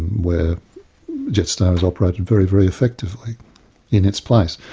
where jetstar has operated very, very effectively in its place.